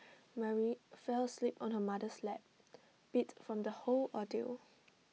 Mary fell asleep on her mother's lap beat from the whole ordeal